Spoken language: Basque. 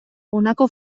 honako